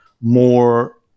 more